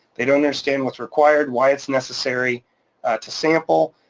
they don't understand what's required, why it's necessary to sample,